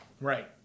Right